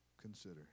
Consider